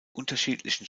unterschiedlichen